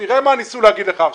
תראה מה ניסו לומר לך עכשיו.